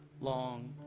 long